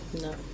No